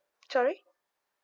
sorry